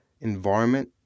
environment